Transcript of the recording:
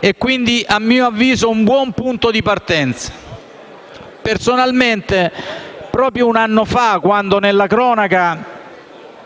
è quindi, a mio avviso, un buon punto di partenza. Personalmente, proprio un anno fa, quando nella cronaca